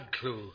clue